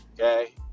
Okay